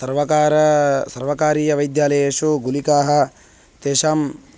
सर्वकारः सर्वकारीयवैद्यालयेषु गुलिकाः तेषां